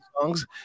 songs